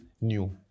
new